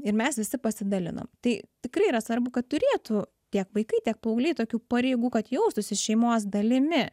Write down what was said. ir mes visi pasidalinom tai tikrai yra svarbu kad turėtų tiek vaikai tiek paaugliai tokių pareigų kad jaustųsi šeimos dalimi